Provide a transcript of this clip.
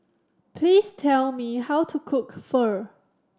please tell me how to cook Pho